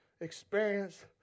experience